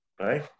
right